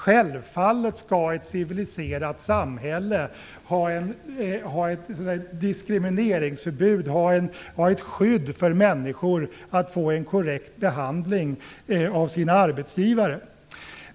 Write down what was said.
Självfallet skall ett civiliserat samhälle ha ett diskrimineringsförbud och ett skydd för människor så att de får en korrekt behandling av sin arbetsgivare.